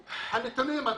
הנתונים.